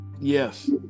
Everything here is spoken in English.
Yes